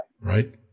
Right